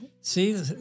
See